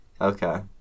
Okay